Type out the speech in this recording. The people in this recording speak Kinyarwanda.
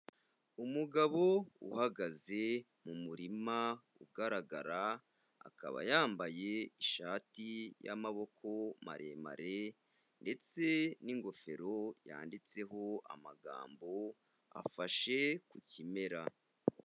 Umugabo uhagaze mu murima ugaragara, akaba yambaye ishati y'amaboko maremare ndetse n'ingofero yanditseho amagambo, afashe ku kimera.